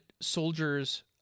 soldiers